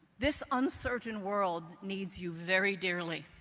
this uncertain world needs you very dearly.